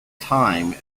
time